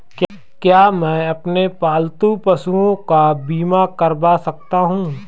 क्या मैं अपने पालतू पशुओं का बीमा करवा सकता हूं?